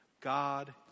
God